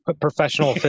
professional